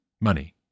money